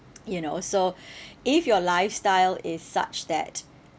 you know so if your lifestyle is such that